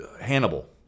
Hannibal